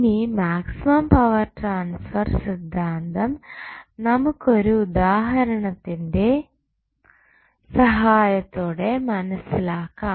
ഇനി maximum power transfer സിദ്ധാന്തം നമുക്കൊരു ഉദാഹരണത്തിന്റെ സഹായത്തോടെ മനസ്സിലാക്കാം